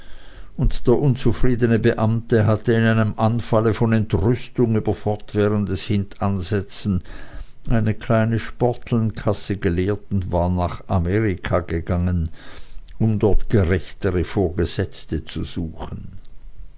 und der unzufriedene beamte hatte in einem anfalle von entrüstung über fortwährendes hintansetzen eine kleine sportelnkasse geleert und war nach amerika gegangen um dort gerechtere vorgesetzte zu suchen